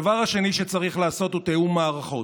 הדבר השני שצריך לעשות הוא תיאום מערכות: